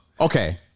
Okay